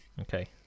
okay